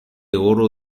oro